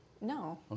No